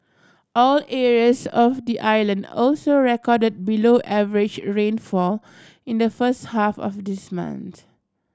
all areas of the island also record below average rainfall in the first half of this month